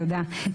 תודה.